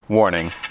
Warning